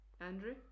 andrew